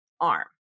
arm